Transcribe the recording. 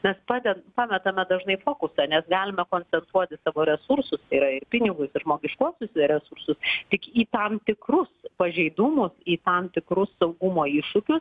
nes pade pametame dažnai fokusą nes galime koncentruoti savo resursus yra ir pinigus ir žmogiškuosius resursus tik į tam tikrus pažeidumus į tam tikrus saugumo iššūkius